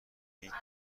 هیچچی